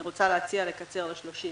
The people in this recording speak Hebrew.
אני רוצה להציע לקצר ל-30 יום.